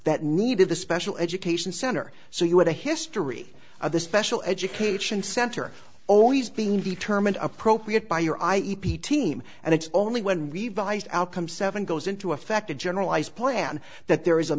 that needed the special education center so you had a history of the special education center always being determined appropriate by your i e p team and it's only when revised outcome seven goes into effect a generalized plan that there is a